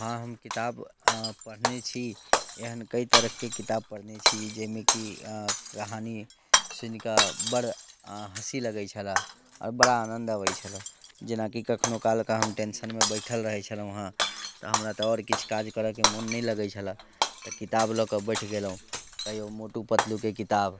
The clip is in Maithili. हँ हम किताब पढ़ने छी एहन कए तरहके किताब पढ़ने छी जाहिमे कि कहानी सुनि कऽ बड्ड हँसी लागै छलए आओर बड़ा आनंद आबै छलए जेना कि कखनो कालके हम टेंशनमे बैसल रहै छलहुॅं हेँ तऽ हमरा तऽ आओर किछु काज करैके मोन नहि लागै छलै तऽ किताब लऽ कऽ बैस गेलहुॅं कहियो मोटू पतलूके किताब